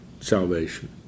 salvation